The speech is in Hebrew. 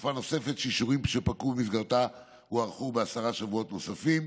ותקופה נוספת שאישורים שפקעו במסגרתה הוארכו בעשרה שבועות נוספים.